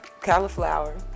cauliflower